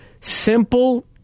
simple